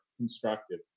constructive